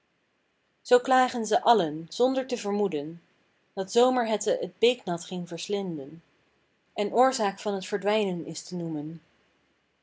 zoo klagen ze allen zonder te vermoeden dat zomerhette t beeknat ging verslinden en oorzaak van t verdwijnen is te noemen